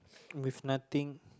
with nothing